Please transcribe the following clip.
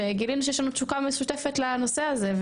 שגילינו שיש לנו תשוקה משותפת לנושא הזה,